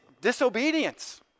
disobedience